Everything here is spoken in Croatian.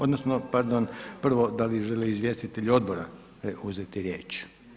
Odnosno, pardon, prvo da li želi izvjestitelj odbora uzeti riječ?